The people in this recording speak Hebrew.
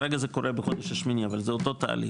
כרגע זה הולך בחודש השמיני אבל זה אותו תהליך.